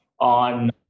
on